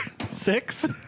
Six